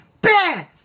bad